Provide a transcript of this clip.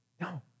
No